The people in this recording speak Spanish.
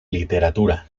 literatura